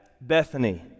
Bethany